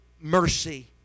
mercy